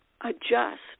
adjust